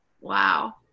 Wow